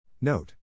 Note